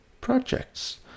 projects